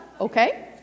Okay